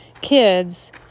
kids